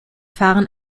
fahren